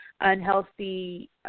unhealthy